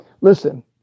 Listen